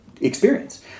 experience